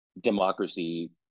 democracy